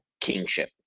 kingship